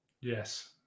Yes